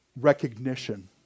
recognition